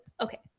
okay